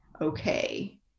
Okay